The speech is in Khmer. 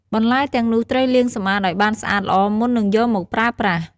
បន្លែទាំងនោះ ត្រូវលាងសម្អាតឲ្យបានស្អាតល្អមុននឹងយកមកប្រើប្រាស់។